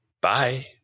Bye